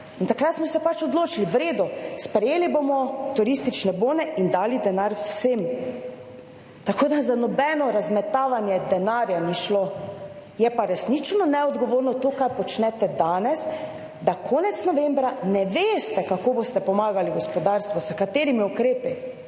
takrat smo se odločili, v redu, sprejeli bomo turistične bone in dali denar vsem. Tako, da za nobeno razmetavanje denarja ni šlo. Je pa resnično neodgovorno to, kar počnete danes, da konec novembra ne veste kako boste pomagali gospodarstvu, s katerimi ukrepi